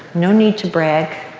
no need to brag.